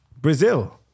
Brazil